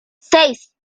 seis